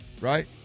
right